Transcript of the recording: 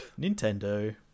Nintendo